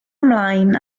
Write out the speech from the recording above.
ymlaen